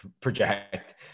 project